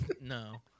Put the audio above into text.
no